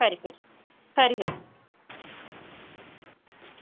खरी खरी खरी खरी